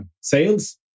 sales